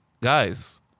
Guys